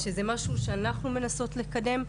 זה משהו שאנחנו מנסות לקדם.